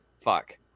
Fuck